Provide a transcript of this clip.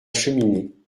cheminée